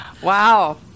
Wow